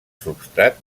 substrat